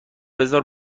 بگذار